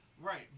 Right